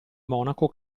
monaco